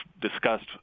discussed